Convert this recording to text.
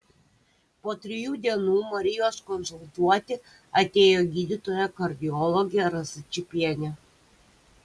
po trijų dienų marijos konsultuoti atėjo gydytoja kardiologė rasa čypienė